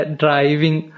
driving